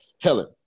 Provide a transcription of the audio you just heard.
Helen